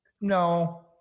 no